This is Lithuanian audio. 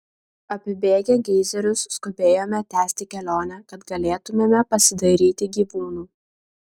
apibėgę geizerius skubėjome tęsti kelionę kad galėtumėme pasidairyti gyvūnų